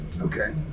Okay